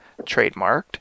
trademarked